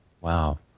Wow